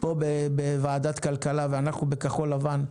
פה בוועדת כלכלה ואנחנו בכחול לבן,